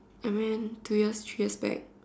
I went two years three years back